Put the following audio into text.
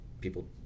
people